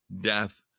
death